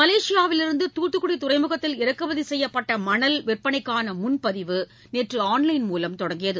மலேசியாவிலிருந்து தூத்துக்குடி துறைமுகத்தில் இறக்குமதி செய்யப்பட்ட மணல் விற்பனைக்கான முன்பதிவு நேற்று ஆன்லைன் மூலம் தொடங்கியது